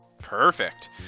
Perfect